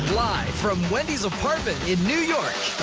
live from wendy's apartment in new york,